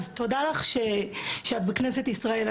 אז תודה לך שאת בכנסת ישראל.